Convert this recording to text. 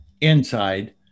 inside